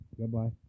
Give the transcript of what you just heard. Goodbye